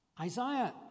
Isaiah